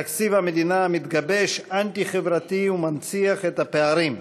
תקציב המדינה המתגבש הוא אנטי-חברתי ומנציח את הפערים.